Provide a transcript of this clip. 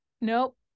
Nope